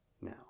now